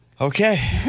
Okay